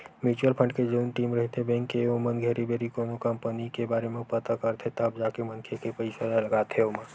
mutual fund के जउन team रहिथे बेंक के ओमन घेरी भेरी कोनो कंपनी के बारे म पता करथे तब जाके मनखे के पइसा ल लगाथे ओमा